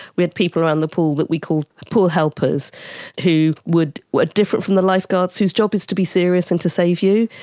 we had people around the pool that we called pool helpers who were different from the lifeguards whose job is to be serious and to save you,